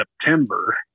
September